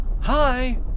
Hi